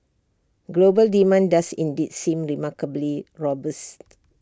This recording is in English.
global demand does indeed seem remarkably robust